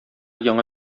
яңа